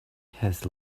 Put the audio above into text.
has